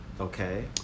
Okay